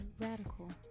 radical